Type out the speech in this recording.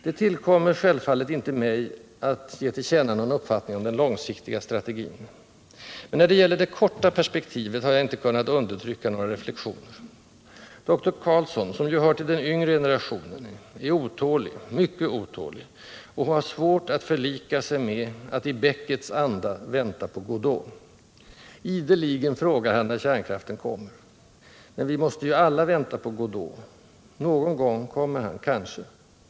Det tillkommer självfallet inte mig att ge till känna någon uppfattning om den långsiktiga strategin. Men när det gäller det korta perspektivet har jag inte kunnat undertrycka några reflexioner. Doktor Carlsson, som ju hör till den yngre generationen, är otålig, mycket otålig och har svårt att förlika sig med att i Becketts anda vänta på Godot. Ideligen frågar han när kärnkraften kommer. Men vi måste ju alla vänta på Godot. Någon gång kommer han, kanske.